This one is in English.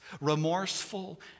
remorseful